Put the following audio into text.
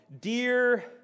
Dear